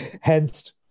hence